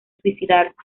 suicidarse